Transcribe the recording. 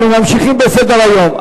אנחנו ממשיכים בסדר-היום.